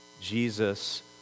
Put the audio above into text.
Jesus